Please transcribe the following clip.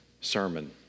Sermon